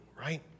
right